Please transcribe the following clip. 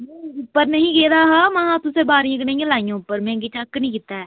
नेईं उप्पर नेही गेदा हा महा तुसें बारियां कनेहियां लाइयां उप्पर में गी चैक्क निं कीता ऐ